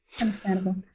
Understandable